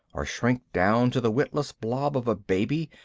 or shrink down to the witless blob of a baby,